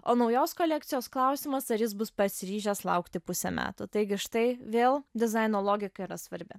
o naujos kolekcijos klausimas ar jis bus pasiryžęs laukti pusę metų taigi štai vėl dizaino logika yra svarbi